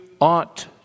ought